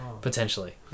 potentially